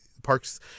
parks